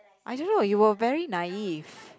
I don't know you were very naive